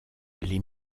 les